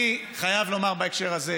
אני חייב לומר בהקשר הזה